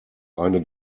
eine